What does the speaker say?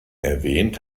erwähnt